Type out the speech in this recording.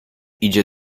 idzie